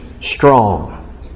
strong